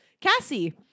Cassie